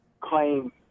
claim